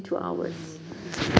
mm okay